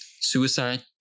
suicide